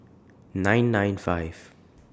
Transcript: nine nine five